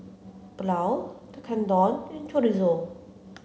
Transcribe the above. Pulao Tekkadon and Chorizo